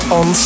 on